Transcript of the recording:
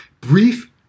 Brief